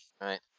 Right